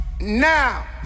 Now